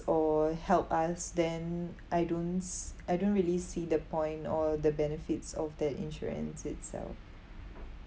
or help us then I don't s~ I don't really see the point or the benefits of that insurance itself